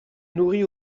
nourrit